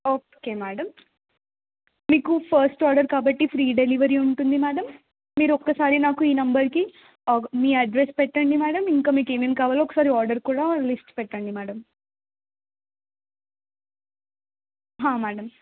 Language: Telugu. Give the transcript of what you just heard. ఓకే మేడం మీకు ఫస్ట్ ఆర్డర్ కాబట్టి ఫ్రీ డెలివరీ ఉంటుంది మేడం మీరు ఒక్కసారి నాకు ఈ నంబర్కి మీ అడ్రెస్ పెట్టండి మేడం ఇంకా మీకేమేమి కావాలి ఒకసారి ఆర్డర్ కూడా లిస్ట్ పెట్టండి మేడం హ మేడం